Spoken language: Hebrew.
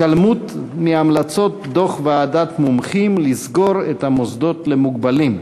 התעלמות מהמלצת דוח ועדת מומחים לסגור את המוסדות למוגבלים.